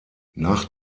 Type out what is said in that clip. nach